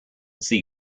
this